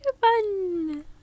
Fun